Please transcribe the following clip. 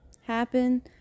happen